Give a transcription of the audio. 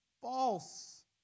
false